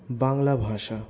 বাংলা ভাষা